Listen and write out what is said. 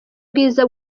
bwiza